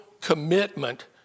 commitment